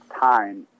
time